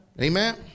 Amen